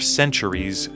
centuries